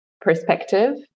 perspective